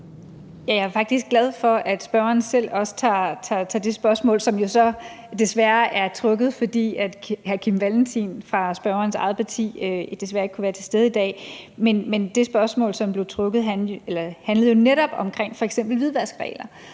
Jeg er faktisk glad for, at spørgeren selv også tager det spørgsmål op, som jo så desværre er trukket, fordi hr. Kim Valentin fra spørgerens eget parti desværre ikke kunne være til stede i dag. Men det spørgsmål, som blev trukket tilbage, handler netop om f.eks. hvidvaskregler,